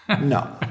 No